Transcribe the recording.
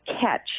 catch